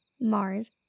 Mars